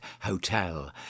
Hotel